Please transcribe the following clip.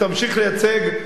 תמשיך לייצג,